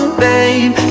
babe